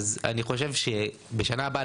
אני חושב שבשנה הבאה,